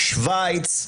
שוויץ,